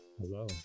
Hello